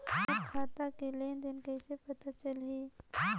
मोर खाता के लेन देन कइसे पता चलही?